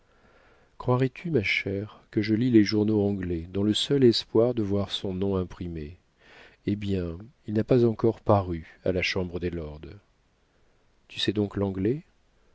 croirais-tu ma chère que je lis les journaux anglais dans le seul espoir de voir son nom imprimé eh bien il n'a pas encore paru à la chambre des lords tu sais donc l'anglais